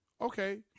Okay